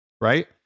right